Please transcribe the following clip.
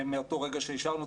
מאותו רגע שאישרנו,